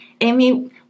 Amy